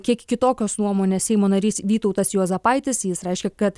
kiek kitokios nuomonės seimo narys vytautas juozapaitis jis reiškia kad